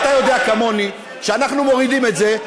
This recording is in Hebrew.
אתה יודע כמוני שאנחנו מורידים את זה,